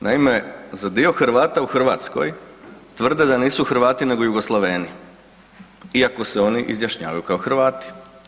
Naime, za dio Hrvata u Hrvatskoj tvrde da nisu Hrvati nego Jugoslaveni iako se oni izjašnjavaju kao Hrvati.